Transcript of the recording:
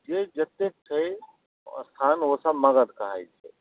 जे जतेक छै स्थान ओसभ मगध कहाइत छै